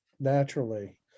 naturally